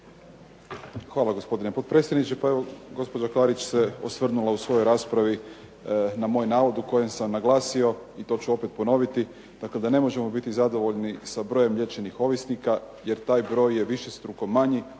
Hvala gospodine potpredsjedniče. Pa evo gospođa Klarić se osvrnula u svojoj raspravi na moj navod u kojem sam naglasio i to ću opet ponoviti, dakle da ne možemo biti zadovoljni sa brojem liječenih ovisnika jer taj broj ej višestruko manji